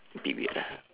a bit weird ah